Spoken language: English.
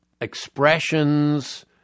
expressions